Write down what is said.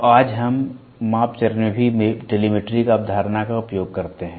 तो आज हम माप चरण में भी टेलीमेट्री अवधारणा का उपयोग करते हैं